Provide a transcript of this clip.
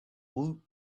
woot